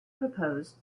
proposed